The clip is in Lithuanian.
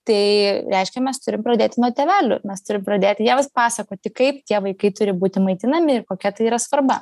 tai reiškia mes turim pradėti nuo tėvelių mes turim pradėti jiems pasakoti kaip tie vaikai turi būti maitinami ir kokia tai yra svarba